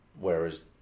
whereas